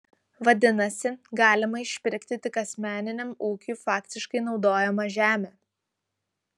vadinasi galima išpirkti tik asmeniniam ūkiui faktiškai naudojamą žemę